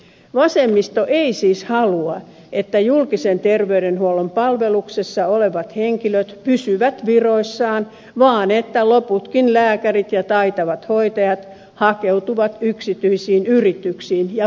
vasemmisto ei siis halua että julkisen ter veydenhuollon palveluksessa olevat henkilöt pysyvät viroissaan vaan että loputkin lääkärit ja taitavat hoitajat hakeutuvat yksityisiin yrityksiin ja pysyvästi